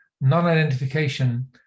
non-identification